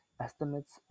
estimates